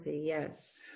Yes